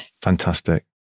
Fantastic